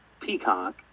peacock